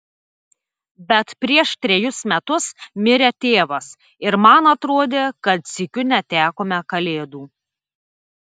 bet prieš trejus metus mirė tėvas ir man atrodė kad sykiu netekome kalėdų